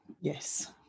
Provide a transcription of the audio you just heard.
Yes